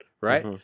right